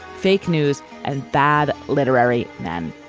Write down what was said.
fake news and bad literary men.